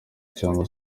cyangwa